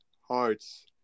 hearts